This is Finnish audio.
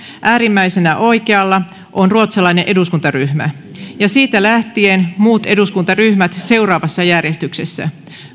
äärimmäisenä oikealla on ruotsalainen eduskuntaryhmä ja siitä lähtien muut eduskuntaryhmät seuraavassa järjestyksessä